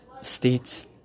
states